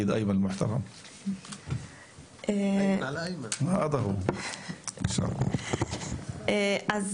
אני